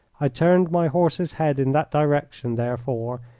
i turned my horse's head in that direction, therefore,